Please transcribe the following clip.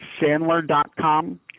Sandler.com